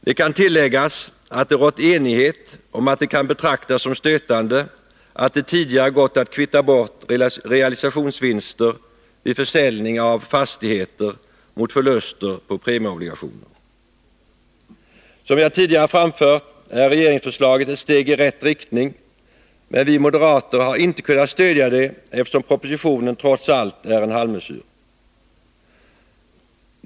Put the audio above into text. Det kan tilläggas att det rått enighet om att det kan betraktas som stötande att det tidigare gått att kvitta bort realisationsvinster vid försäljning av fastigheter mot förluster på premieobligationer. Som jag tidigare framfört, är regeringsförslaget ett steg i rätt riktning, men vi moderater har inte kunnat stödja det, eftersom propositionen trots allt är en halvmesyr.